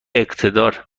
اقتدار